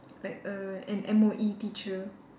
like err an M_O_E teacher